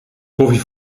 koffie